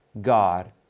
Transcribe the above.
God